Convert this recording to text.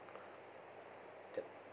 the